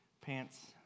pants